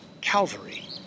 Calvary